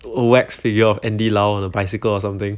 wax figure of andy lau on a bicycle or something